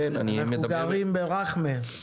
אני מדבר --- אנחנו גרים ברח'מה.